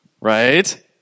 Right